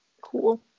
Cool